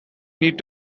need